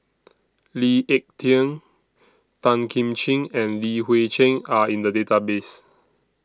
Lee Ek Tieng Tan Kim Ching and Li Hui Cheng Are in The Database